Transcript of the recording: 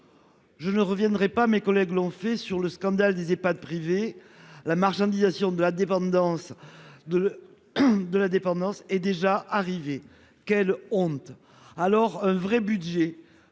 Je ne reviendrai pas, mes collègues l'ont fait, sur le scandale des Ehpad privés. La marchandisation de la dépendance est déjà là. Quelle honte !